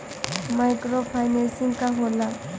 Micro financing का होला?